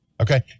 Okay